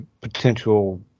potential